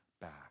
back